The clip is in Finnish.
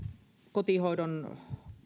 kotihoidon